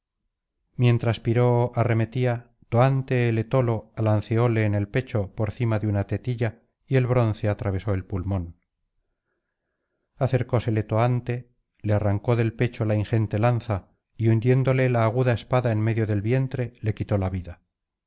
mientras piroo arremetía toante el etolo alanceóle en el pecho por cima de una tetilla y el bronce atravesó el pulmón acercósele toante le arrancó del pecho la ingente lanza y hundiéndole la aguda espada en medio del vientre le quitó la vida